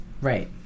Right